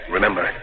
Remember